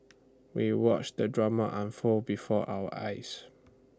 we watched the drama unfold before our eyes